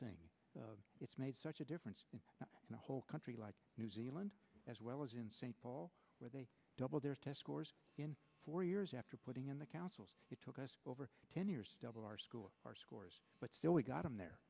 saying it's made such a difference in the whole country like new zealand as well as in st paul where they double their test scores in four years after putting in the councils it took us over ten years of our school our scores but still we got them there